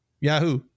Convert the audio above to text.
yahoo